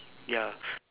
ya